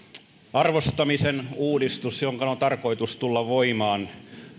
arvostamisen uudistus jonka on tarkoitus tulla voimaan